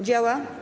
Działa?